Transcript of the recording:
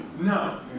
no